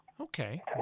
Okay